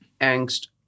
angst